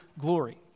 glory